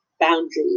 boundaries